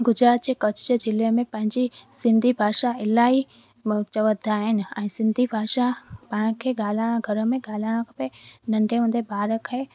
गुजरात जे कच्छ ज़िले में पंहिंजी सिंधी भाषा इलाही म चवंदा आहिनि ऐं सिंधी भाषा पाण खे ॻाल्हाइणु घर में ॻाल्हाइणु खपे नंढे हूंदे ॿार खे